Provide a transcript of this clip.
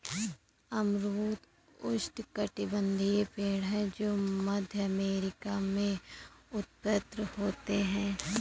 अमरूद उष्णकटिबंधीय पेड़ है जो मध्य अमेरिका में उत्पन्न होते है